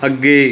ਅੱਗੇ